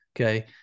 Okay